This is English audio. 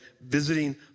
visiting